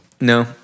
No